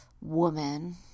woman